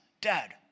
Dad